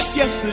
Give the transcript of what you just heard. yes